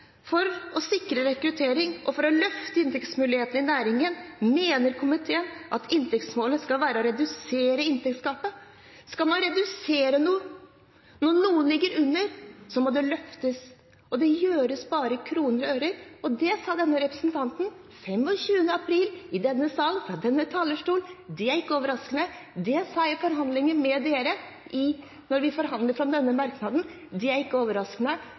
For å sikre rekruttering og for å løfte inntektsmulighetene i næringen mener komiteen at «inntektsmålet skal være å redusere inntektsgapet». Når noe ligger under, må det løftes, og det gjøres bare i kroner og ører. Det sa denne representanten 25. april i denne sal, fra denne talerstol. Det er ikke overraskende, det sa jeg da vi forhandlet fram denne merknaden – det er ikke overraskende.